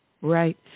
right